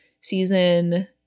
season